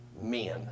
men